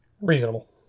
Reasonable